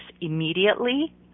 immediately